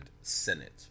senate